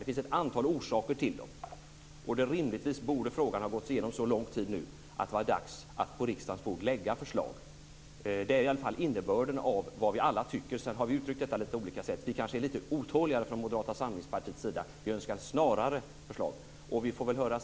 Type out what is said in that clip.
Det finns ett antal orsaker till dem, och rimligtvis borde frågan ha gåtts igenom under så lång tid nu att det vore dags att lägga fram förslag på riksdagens bord. Det är i alla fall innebörden i vad vi alla tycker. Sedan har vi uttryckt detta på lite olika sätt. Vi från Moderata samlingspartiet är kanske lite otåligare. Vi önskar ett snabbare framläggande av förslag.